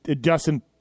Justin